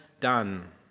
done